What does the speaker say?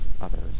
others